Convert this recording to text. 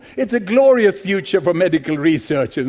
it's a glorious future for medical research, and